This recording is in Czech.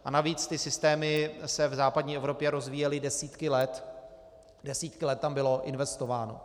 A navíc se ty systémy v západní Evropě rozvíjely desítky let, desítky let tam bylo investováno.